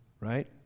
Right